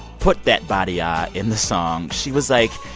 put that ba-de-ya in the song, she was like,